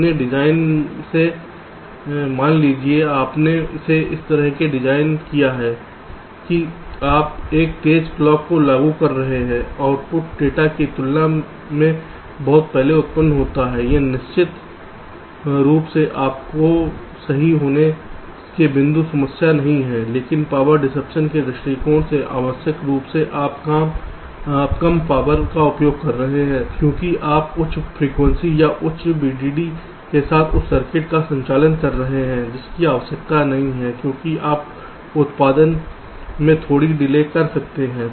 अपने डिजाइन में मान लीजिए आपने इसे इस तरह से डिज़ाइन किया है कि आप एक तेज़ क्लॉक को लागू कर रहे हैं आउटपुट डेल्टा की तुलना में बहुत पहले उत्पन्न होता है यह निश्चित रूप से आपके सही होने के बिंदु से समस्या नहीं है लेकिन पावर डिसेप्शन के दृष्टिकोण से अनावश्यक रूप से आप कम पावर का उपभोग कर रहे हैं क्योंकि आप उच्च फ्रीक्वेंसी या उच्च VDD के साथ उस सर्किट का संचालन कर रहे हैं जिसकी आवश्यकता नहीं है क्योंकि आप उत्पादन में थोड़ी डिले कर सकते थे